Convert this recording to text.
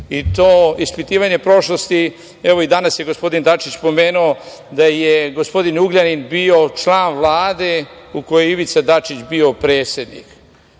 i to ispitivanje prošlosti, evo, i danas je gospodin Dačić pomenuo da je gospodin Ugljanin bio član Vlade u kojoj je Ivica Dačić bio predsednik.